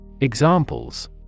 Examples